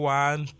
one